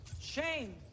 shame